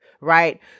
right